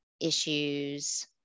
issues